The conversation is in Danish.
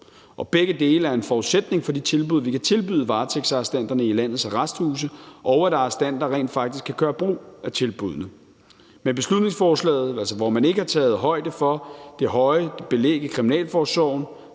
og begge dele er en forudsætning for de tilbud, vi kan tilbyde varetægtsarrestanterne i landets arresthuse, og for, at arrestanter rent faktisk kan gøre brug af tilbuddene. Men beslutningsforslaget, hvor man ikke har taget højde for det høje belæg i kriminalforsorgen,